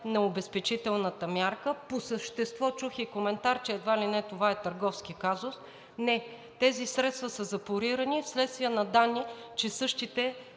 на обезпечителната мярка. По същество чух и коментар, че едва ли не това е търговски казус. Не, тези средства са запорирани вследствие на данни, че същите